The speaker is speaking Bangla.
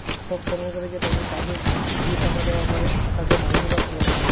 সব কর্মচারীকে তাদের কাজের যে টাকা দেওয়া হয় তাকে মাইনে বা স্যালারি বলে